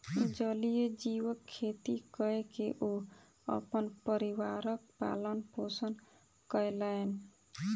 जलीय जीवक खेती कय के ओ अपन परिवारक पालन पोषण कयलैन